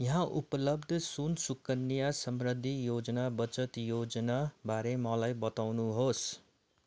यहाँ उपलब्ध सुन सुकन्या समृद्धि योजना बचत योजनाबारे मलाई बताउनुहोस्